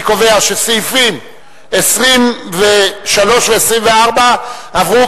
אני קובע שסעיפים 23 ו-24 עברו,